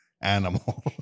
animal